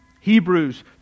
Hebrews